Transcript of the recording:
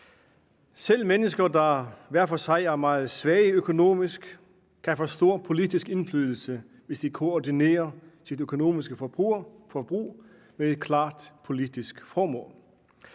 Selv mennesker, der hver for sig er meget svage økonomisk, kan få stor politisk indflydelse, hvis de koordinerer deres økonomiske forbrug med et klart politisk formål.